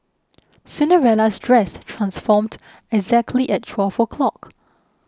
Cinderella's dress transformed exactly at twelve o' clock